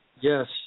Yes